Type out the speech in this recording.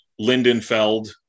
lindenfeld